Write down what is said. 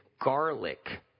Garlic